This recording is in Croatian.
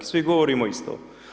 I svi govorimo isto.